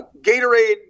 Gatorade